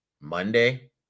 Monday